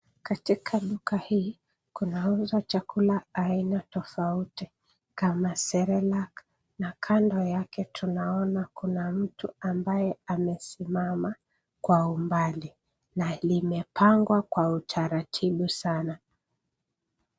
Katika duka hii kunauzwa chakula aina tofauti kama serelak na kando yake tunaona kuna mtu ambaye amesimama kwa umbali na limepangwa kwa utaratibu sana.